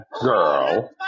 girl